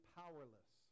powerless